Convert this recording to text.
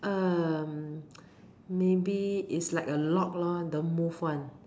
err maybe is like a log lor don't move one